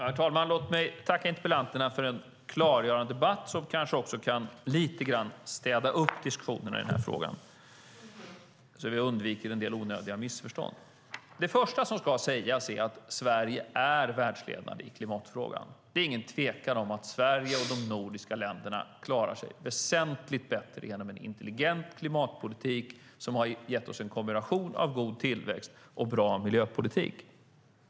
Herr talman! Låt mig tacka debattörerna för en klargörande debatt som kanske också lite grann kan städa upp diskussionerna i den här frågan, så att vi undviker en del onödiga missförstånd. Det första som ska sägas är att Sverige är världsledande i klimatfrågan. Det är ingen tvekan om att Sverige och de nordiska länderna klarar sig väsentligt bättre genom en intelligent klimatpolitik som har gett oss en kombination av god tillväxt och bra miljöpolitik.